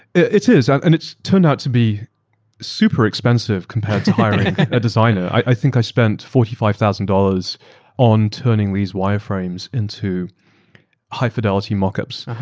it is and itaeurs turned out to be super expensive compared to hiring a designer. i think i spent forty five thousand dollars on turning these wireframes into high-fidelity markups.